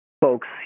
folks